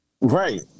Right